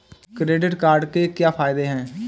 Credit card के क्या फायदे हैं?